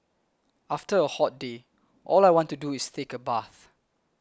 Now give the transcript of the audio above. after a hot day all I want to do is take a bath